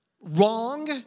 wrong